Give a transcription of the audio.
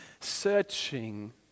searching